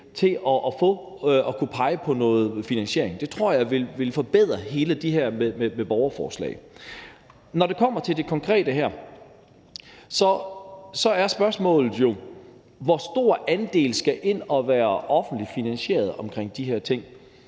for at kunne pege på en finansiering. Det tror jeg vil forbedre hele den her ordning med borgerforslag. Når det kommer til det her konkrete forslag, er spørgsmålet jo, hvor stor en andel der skal være offentligt finansieret i forhold til de her ting.